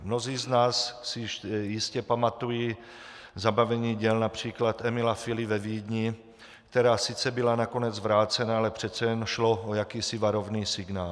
Mnozí z nás si jistě pamatují zabavení děl například Emila Fily ve Vídni, která sice byla nakonec vrácena, ale přece jen šlo o jakýsi varovný signál.